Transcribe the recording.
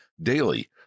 daily